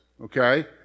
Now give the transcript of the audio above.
okay